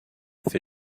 für